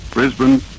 Brisbane